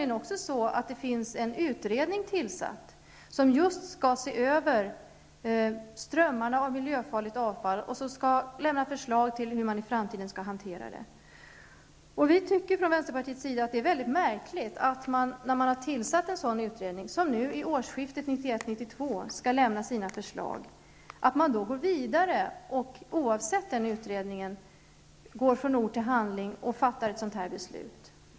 En utredning är nämligen tillsatt som skall se över just strömmarna av miljöfarligt avfall och som skall lämna förslag till hur avfallet i framtiden skall hanteras. Vi i vänsterpartiet tycker att det är väldigt märkligt att man, när man har tillsatt en utredning som vid årsskiftet 1991/92 skall avge sitt förslag, oavsett utredningens resultat går från ord till handling och fattar ett beslut av den här typen.